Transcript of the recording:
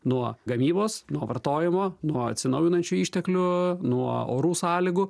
nuo gamybos nuo vartojimo nuo atsinaujinančių išteklių nuo orų sąlygų